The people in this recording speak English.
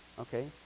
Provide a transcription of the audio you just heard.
okay